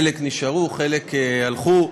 חלק נשארו, חלק הלכו,